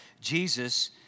Jesus